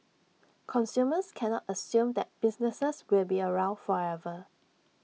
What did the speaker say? consumers can not assume that businesses will be around forever